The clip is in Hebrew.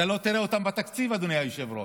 אתה לא תראה אותם בתקציב, אדוני היושב-ראש.